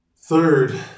Third